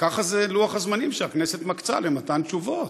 ככה זה לוח הזמנים שהכנסת מקצה למתן תשובות.